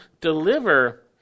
deliver